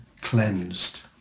cleansed